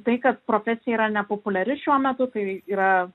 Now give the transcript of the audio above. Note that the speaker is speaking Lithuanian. tai kad profesija yra nepopuliari šiuo metu tai yra